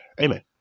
Amen